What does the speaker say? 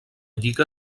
lliga